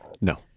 No